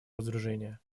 разоружения